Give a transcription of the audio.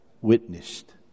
witnessed